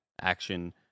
action